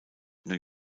new